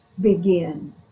begin